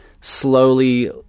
slowly